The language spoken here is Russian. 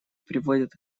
приводят